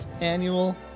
annual